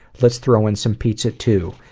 let's throw in some pizza, too.